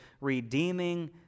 redeeming